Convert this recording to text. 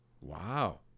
wow